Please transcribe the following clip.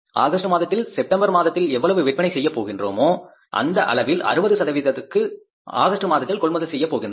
August மாதத்தில் September மாதத்தில் எவ்வளவு விற்பனை செய்யப் போகிறோமோ அந்த அளவில் 60 சதவீதத்திற்கு ஆகஸ்ட் மாதத்தில் கொள்முதல் செய்யப் போகின்றோம்